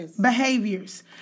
Behaviors